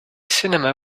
cinema